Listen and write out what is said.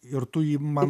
ir tu jį man